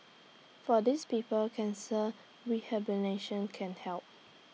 for these people cancer can help